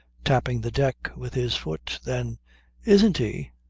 tapping the deck with his foot then isn't he?